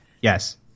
Yes